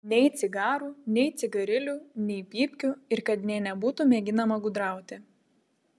nei cigarų nei cigarilių nei pypkių ir kad nė nebūtų mėginama gudrauti